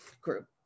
group